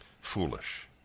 foolish